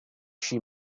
she